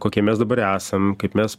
kokie mes dabar esam kaip mes